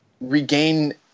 regain